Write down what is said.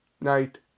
night